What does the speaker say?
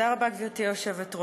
תודה רבה, גברתי היושבת-ראש.